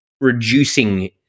reducing